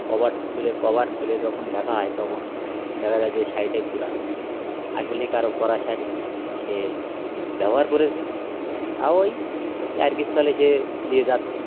cover খুলে cover খুলে যখন দেখা হয় তখন দেখা যায় যে শাড়িটাই পুরানো আসলে কারো পরা শাড়ি সে ব্যবহার করেছে তাও আর কিছু সে দিয়ে যাচ্ছে